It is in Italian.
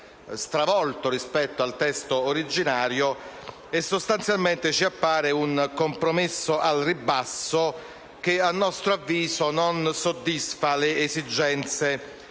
stravolto rispetto al testo originario. Sostanzialmente ci appare un compromesso al ribasso che - a nostro avviso - non soddisfa le esigenze